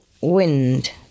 wind